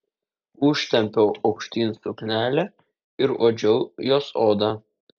užtempiau aukštyn suknelę ir uodžiau jos odą